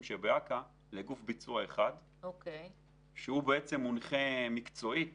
באכ"א לגוף ביצוע אחד שמונחה מקצועית